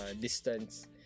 distance